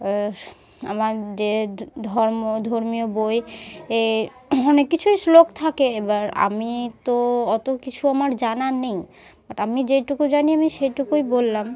আমার যে ধর্ম ধর্মীয় বই এ অনেক কিছুই শ্লোক থাকে এবার আমি তো অত কিছু আমার জানা নেই বাট আমি যেইটুকু জানি আমি সেইটুকুই বললাম